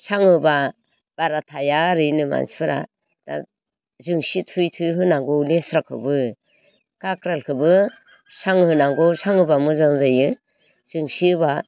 सां होबा बारा थाया ओरै होनो मानसिफोरा जोंसि थुयै थुयै होनांगौ लेस्राखौ खाख्रालखौबो सां होनांगौ सां होबा मोजां जायो जोंसि होबा